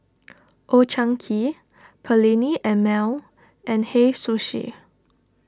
Old Chang Kee Perllini and Mel and Hei Sushi